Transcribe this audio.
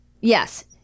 yes